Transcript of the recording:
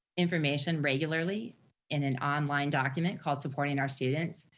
information regularly in an online document called supporting our students.